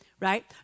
right